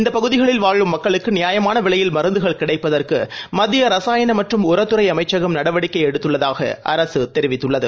இந்தப் பகுதிகளில் வாழும் மக்களுக்குநியாயமானவிலையில் மருந்துகள் கிடைப்பதற்குமத்தியரசாயணம் மற்றும் உரத் துறைஅமைச்சகம் நடவடிக்கைஎடுததாகஅரசுதெரிவித்துள்ளது